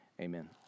amen